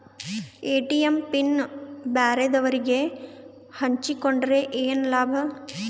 ATM PIN ಬ್ಯಾರೆದವರಗೆ ಹಂಚಿಕೊಂಡರೆ ಏನು ಲಾಭ?